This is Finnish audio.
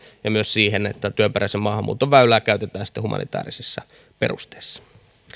ja myös siihen että työperäisen maahanmuuton väylää käytetään humanitäärisessä perusteessa